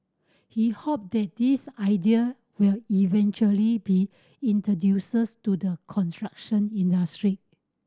he hope that these idea will eventually be introduces to the construction industry